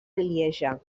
lieja